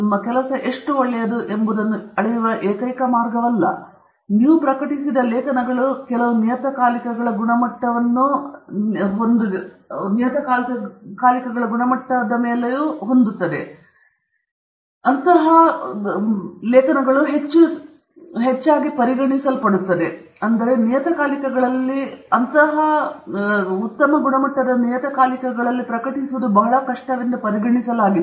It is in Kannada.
ನಿಮ್ಮ ಕೆಲಸ ಎಷ್ಟು ಒಳ್ಳೆಯದು ಎಂಬುದನ್ನು ಅಳೆಯುವ ಏಕೈಕ ಮಾರ್ಗವಲ್ಲ ಆದರೆ ನೀವು ಪ್ರಕಟಿಸಿದ ಎಷ್ಟು ಜರ್ನಲ್ ಲೇಖನಗಳು ನೀವು ಪ್ರಕಟಿಸಿದ ನಿಯತಕಾಲಿಕಗಳಲ್ಲಿ ಕೆಲವು ನಿಯತಕಾಲಿಕಗಳು ಗುಣಮಟ್ಟವನ್ನು ನಿಗದಿಪಡಿಸಿದವು ಅವುಗಳು ಅತಿ ಹೆಚ್ಚು ಪರಿಗಣಿಸಲ್ಪಟ್ಟವು ಮತ್ತು ಆದ್ದರಿಂದ ಆ ನಿಯತಕಾಲಿಕಗಳಲ್ಲಿ ಪ್ರಕಟಿಸಲು ಬಹಳ ಕಷ್ಟವೆಂದು ಪರಿಗಣಿಸಲಾಗಿದೆ